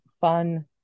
fun